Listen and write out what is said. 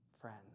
friends